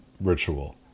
ritual